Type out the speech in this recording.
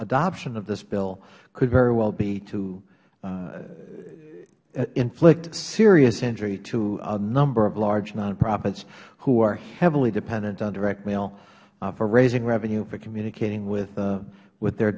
adoption of this bill could very well be to inflict serious injury to a number of large nonprofits who are heavily dependent on direct mail for raising revenue for communicating with